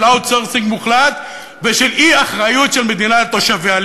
של outsourcing מוחלט ושל אי-אחריות של מדינה לתושביה.